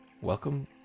Welcome